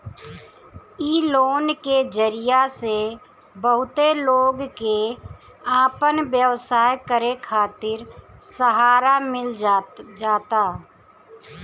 इ लोन के जरिया से बहुते लोग के आपन व्यवसाय करे खातिर सहारा मिल जाता